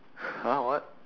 !huh! what